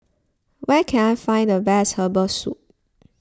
where can I find the best Herbal Soup